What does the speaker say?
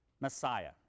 messiah